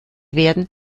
werden